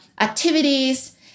activities